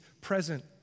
present